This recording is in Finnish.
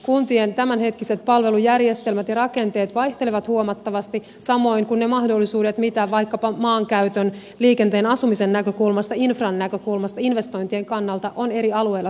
kuntien tämänhetkiset palvelujärjestelmät ja rakenteet vaihtelevat huomattavasti samoin kuin ne mahdollisuudet mitä vaikkapa maankäytön liikenteen asumisen näkökulmasta infran näkökulmasta investointien kannalta on eri alueilla saavutettavissa